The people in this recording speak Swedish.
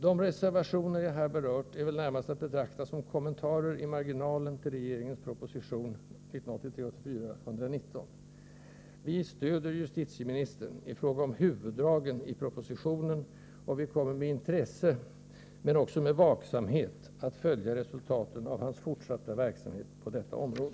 De reservationer jag här berört är väl närmast att betrakta som kommentarer i marginalen till regeringens proposition 1983/84:119. Vi stöder justitieministern i fråga om huvuddragen i propositionen, och vi kommer med intresse — men också med vaksamhet! — att följa resultaten av hans fortsatta verksamhet på detta område.